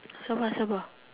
so far so far